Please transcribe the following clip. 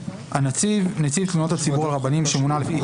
"הנציב" נציב תלונות הציבור לרבנים שמונה לפי